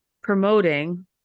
promoting